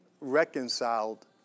reconciled